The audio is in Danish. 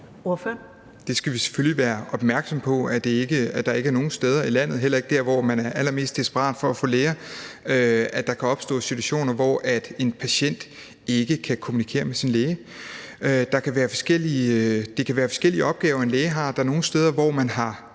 Vi skal selvfølgelig være opmærksomme på, at der ikke er nogen steder i landet – heller ikke dér, hvor man er allermest desperat for at få læger – hvor der kan opstå situationer, hvor en patient ikke kan kommunikere med sin læge. En læge kan have forskellige opgaver. Der er nogle steder, hvor man har